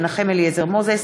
מנחם אליעזר מוזס,